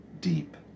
deep